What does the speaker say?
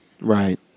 right